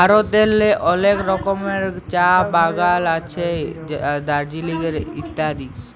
ভারতেল্লে অলেক রকমের চাঁ বাগাল আছে দার্জিলিংয়ে ইত্যাদি